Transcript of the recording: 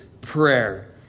prayer